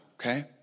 Okay